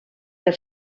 per